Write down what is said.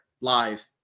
live